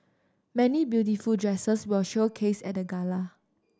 many beautiful dresses were showcased at the gala